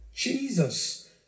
Jesus